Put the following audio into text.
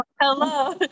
Hello